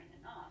enough